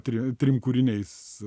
tri trim kūriniais